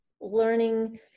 learning